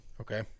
Okay